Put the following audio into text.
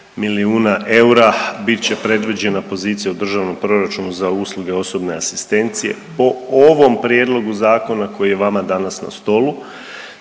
milijuna eura bit će predviđena pozicija u državnom proračunu za usluge osobne asistencije po ovom prijedlogu zakona koji je vama danas na stolu.